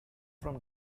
from